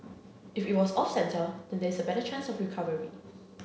if it was off centre then there is a better chance of recovery